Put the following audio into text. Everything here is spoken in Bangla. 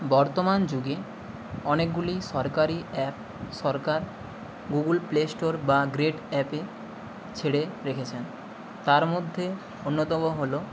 বর্তমান যুগে অনেকগুলি সরকারি অ্যাপ সরকার গুগুল প্লেস্টোর বা গ্রেট অ্যাপে ছেড়ে রেখেছেন তার মধ্যে অন্যতম হলো